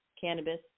cannabis